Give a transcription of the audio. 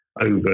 over